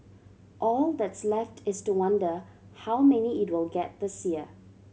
all that's left is to wonder how many it will get this year